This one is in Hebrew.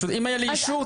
אם היה לי אישור,